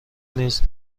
نیز